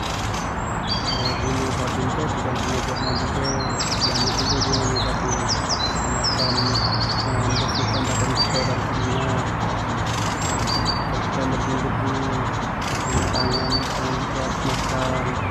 guno sabun ko bukan cuma buat mandi be, banyak jugo guno nyo sabun, macam bersih kan badan kito dari keringat macam kito bersihin debu, berish kan tangan-tangan kito habis makan,